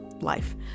life